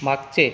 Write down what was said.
मागचे